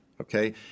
okay